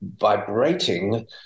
vibrating